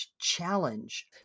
challenge